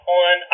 on